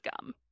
gum